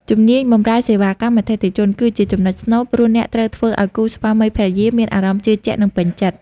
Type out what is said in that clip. ជំនាញបម្រើសេវាកម្មអតិថិជន គឺជាចំណុចស្នូល ព្រោះអ្នកត្រូវធ្វើឱ្យគូស្វាមីភរិយាមានអារម្មណ៍ជឿជាក់ និងពេញចិត្ត។